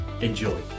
Enjoy